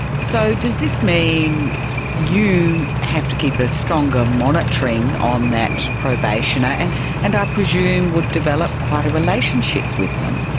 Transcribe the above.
so does this mean you have to keep a stronger monitoring on that probationer, and and i presume would develop quite a relationship with them?